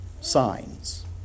Signs